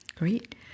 Great